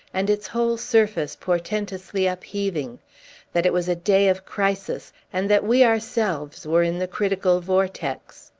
and its whole surface portentously upheaving that it was a day of crisis, and that we ourselves were in the critical vortex.